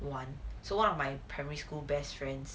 玩 so one of my primary school best friends